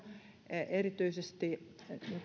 erityisesti